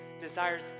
desires